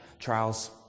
trials